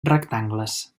rectangles